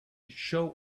show